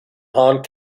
hong